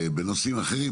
בנושאים אחרים,